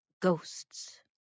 ghosts